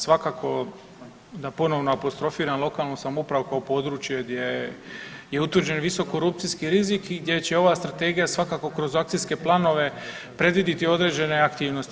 Svakako da ponovno apostrofiram lokalnu samoupravu kao područje gdje je utvrđen visok korupcijski rizik i gdje će ova strategija svakako kroz akcijske planove predvidjeti određene aktivnosti.